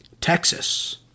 Texas